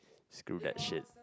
screw that shit